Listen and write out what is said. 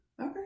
Okay